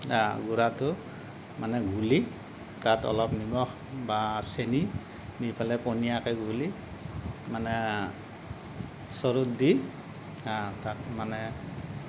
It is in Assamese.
গুড়াটো মানে ঘূলি তাত অলপ নিমখ বা চেনি দি পেলাই পনীয়াকে গুলি মানে চৰুত দি তাত মানে